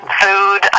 food